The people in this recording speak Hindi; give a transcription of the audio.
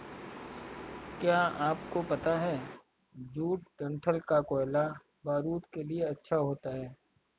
क्या आपको पता है जूट डंठल का कोयला बारूद के लिए अच्छा होता है